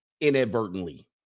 inadvertently